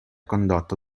condotto